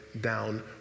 down